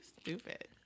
stupid